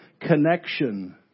connection